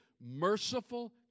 merciful